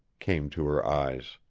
came to her eyes.